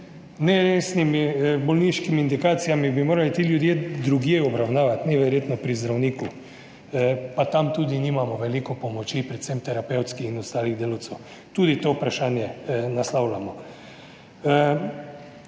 neresnimi bolniškimi indikacijami bi morali obravnavati drugje, verjetno ne pri zdravniku, pa tudi tam nimamo veliko pomoči, predvsem terapevtskih in ostalih delavcev. Tudi to vprašanje naslavljamo.